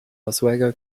oswego